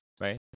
right